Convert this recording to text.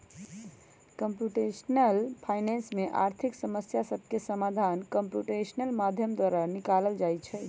computational finance में आर्थिक समस्या सभके समाधान कंप्यूटेशनल माध्यम द्वारा निकालल जाइ छइ